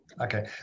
Okay